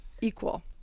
equal